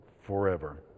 forever